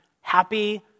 Happy